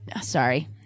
sorry